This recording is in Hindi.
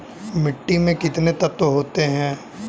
मिट्टी में कितने तत्व होते हैं?